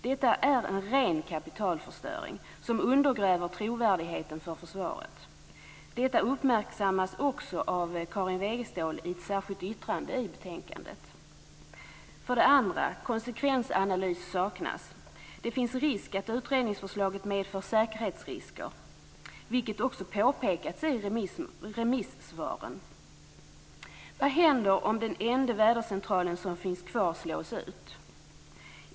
Detta är en ren kapitalförstöring som undergräver trovärdigheten för försvaret. Det uppmärksammas också av Karin Wegestål i ett särskilt yttrande i betänkandet. För det andra: konsekvensanalys saknas. Det finns risk att utredningsförslaget medför säkerhetsrisker, något som också påpekats i remissvaren. Vad händer om den enda vädercentralen som finns kvar slås ut?